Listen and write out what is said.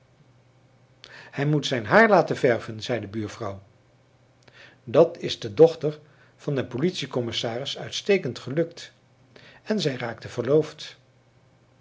hij moet zijn haar laten verven zei de buurvrouw dat is de dochter van den politie commissaris uitstekend gelukt en zij raakte verloofd